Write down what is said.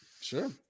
Sure